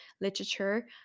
literature